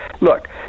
look